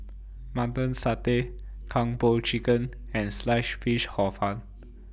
Mutton Satay Kung Po Chicken and Sliced Fish Hor Fun